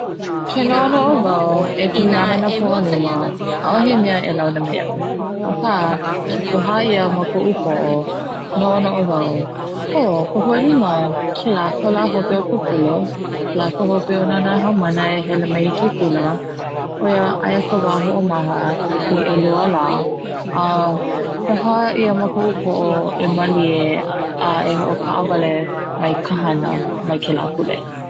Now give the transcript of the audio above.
Ke noʻonoʻo wau e pili ana ka poʻalima, ʻaʻohe mea e launa me iaʻu aka ke pohā ia ma koʻu poʻo noʻonoʻo wau oh ka poʻalima kela ka hope o ka pule, kela ka lā hope ona na haumana e hele mai i ke kula oia aia ka wa hoʻomaha i ʻelua lā. A pohā ia ma koʻu poʻo e malie a e hoʻokaʻawale mai ka hana mai kela pule.